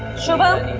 shut up,